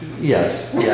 Yes